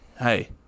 Hey